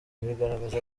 bigaragaza